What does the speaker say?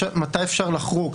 מתי אפשר לחרוג,